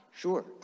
Sure